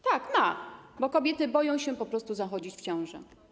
Tak, ma, bo kobiety boją się po prostu zachodzić w ciążę.